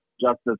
Justice